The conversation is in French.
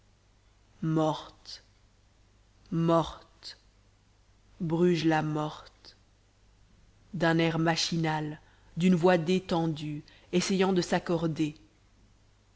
morte morte bruges la morte d'un air machinal d'une voix détendue essayant de s'accorder